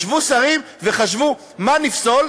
ישבו שרים וחשבו: מה נפסול?